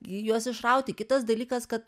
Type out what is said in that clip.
juos išrauti kitas dalykas kad